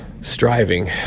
striving